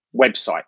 website